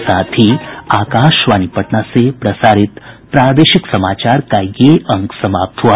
इसके साथ ही आकाशवाणी पटना से प्रसारित प्रादेशिक समाचार का ये अंक समाप्त हुआ